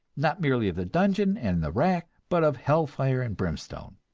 not merely of the dungeon and the rack, but of hellfire and brimstone.